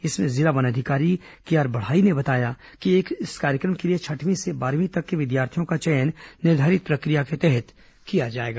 इसमें जिला वन अधिकारी केआर बढ़ाई ने बताया कि इस कार्यक्रम के लिए छठवीं से बारहवीं तक के विद्यार्थियों का चयन निर्धारित प्रक्रिया के तहत किया जाएगा